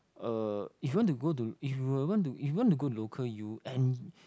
uh if you want to go to if you were want if you want to go to local U and